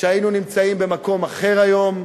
שהיינו נמצאים במקום אחר היום,